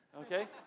okay